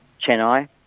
Chennai